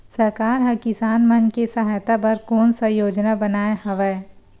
सरकार हा किसान मन के सहायता बर कोन सा योजना बनाए हवाये?